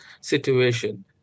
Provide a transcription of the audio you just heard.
situation